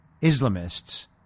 Islamists